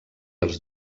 els